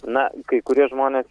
na kai kurie žmonės